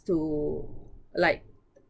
to like